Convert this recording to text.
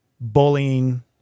bullying